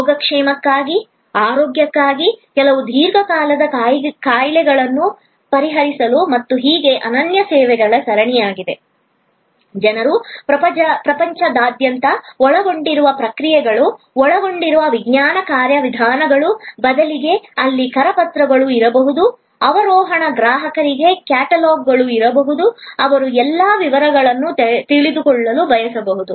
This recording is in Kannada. ಯೋಗಕ್ಷೇಮಕ್ಕಾಗಿ ಆರೋಗ್ಯಕ್ಕಾಗಿ ಕೆಲವು ದೀರ್ಘಕಾಲದ ಕಾಯಿಲೆಗಳನ್ನು ಪರಿಹರಿಸಲು ಮತ್ತು ಹೀಗೆ ಅನನ್ಯ ಸೇವೆಗಳ ಸರಣಿ ಜನರು ಪ್ರಪಂಚದಾದ್ಯಂತದವರು ಒಳಗೊಂಡಿರುವ ಪ್ರಕ್ರಿಯೆಗಳು ಒಳಗೊಂಡಿರುವ ವಿಜ್ಞಾನ ಕಾರ್ಯವಿಧಾನಗಳು ಬದಲಿಗೆ ಅಲ್ಲಿ ಕರಪತ್ರಗಳು ಇರಬಹುದು ಅವರೋಹಣ ಗ್ರಾಹಕರಿಗೆ ಕ್ಯಾಟಲಾಗ್ಗಳು ಇರಬಹುದು ಅವರು ಎಲ್ಲಾ ವಿವರಗಳನ್ನು ತಿಳಿದುಕೊಳ್ಳಲು ಬಯಸಬಹುದು